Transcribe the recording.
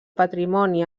patrimoni